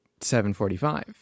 745